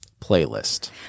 playlist